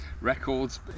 records